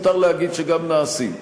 מותר להגיד שהם נעשים.